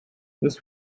this